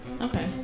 Okay